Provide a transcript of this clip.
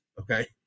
okay